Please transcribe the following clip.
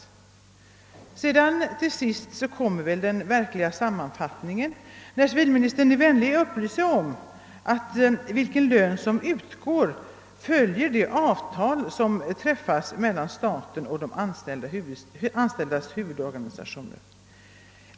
Till sist lämnas, förstår jag, den verkliga sammanfattningen när civilministern är vänlig nog att upplysa om att vilken lön som utgår följer av de avtal som träffas mellan staten och de anställdas huvudorganisationer.